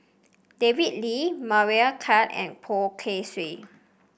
David Lee Meira Chand and Poh Kay Swee